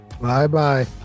Bye-bye